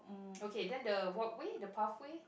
okay then the walkway the pathway